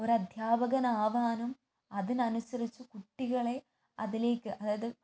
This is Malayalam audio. ഒരദ്ധ്യാപകനാകാനും അതിനനുസരിച്ച് കുട്ടികളെ അതിലേക്ക് അതായത്